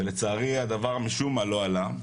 ולצערי הדבר משום מה לא עלה.